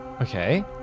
Okay